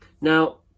Now